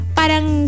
parang